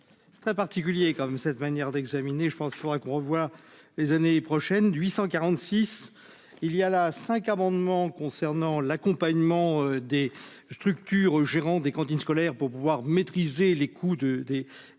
C'est très particulier, comme cette manière d'examiner, je pense qu'il faudrait qu'on revoit les années prochaines, 846 il y a là 5 amendements concernant l'accompagnement des structures gérants des cantines scolaires pour pouvoir maîtriser les coûts de D.